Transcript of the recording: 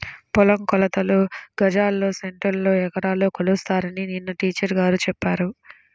పొలం కొలతలు గజాల్లో, సెంటుల్లో, ఎకరాల్లో కొలుస్తారని నిన్న టీచర్ గారు చెప్పారు